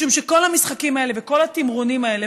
משום שכל המשחקים האלה וכל התמרונים האלה,